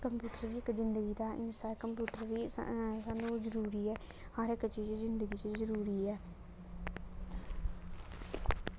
computer इक जिंदगी दा हिंसा ऐ कंप्यूट र बी सानूं जरूरी ऐ हर इक चीज जिंदगी च जरूरी ऐ